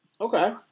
okay